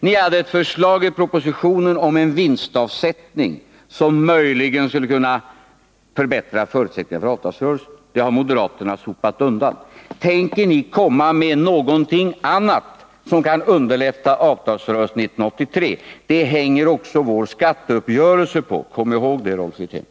Ni hade ett förslag i propositionen om en vinstavsättning, som möjligen skulle kunna förbättra förutsättningarna för avtalsrörelsen. Det har moderaterna stoppat undan. Tänker ni komma med någonting annat som kan underlätta avtalsrörelsen 1983? Det hänger också vår skatteuppgörelse på. Kom ihåg det, Rolf Wirtén!